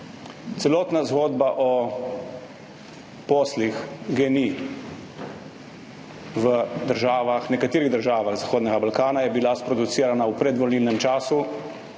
Celotna zgodba o poslih GEN-I v nekaterih državah Zahodnega Balkana je bila sproducirana v predvolilnem času